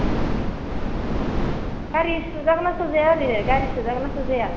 गारि सोजागोन ना सोजाया ओरैनो गारि सोजागोन ना सोजाया